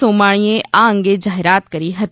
સોમાણીએ આ અંગે જાહેરાત કરી હતી